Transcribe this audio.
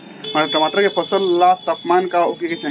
टमाटर के फसल ला तापमान का होखे के चाही?